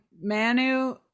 manu